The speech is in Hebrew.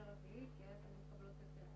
והבעיות שלה הולכות ונהיות מורכבות.